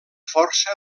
força